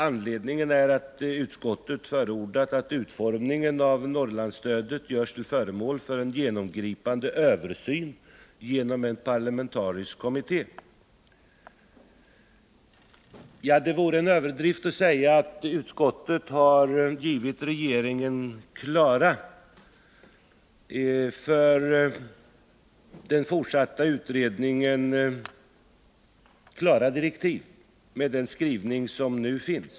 Anledningen är att utskottet förordat att utformningen av Norrlandsstödet görs till föremål för en genomgripande översyn genom en parlamentarisk kommitté. Det vore en överdrift att säga att utskottet med sin skrivning har givit regeringen klara direktiv för den fortsatta utredningen.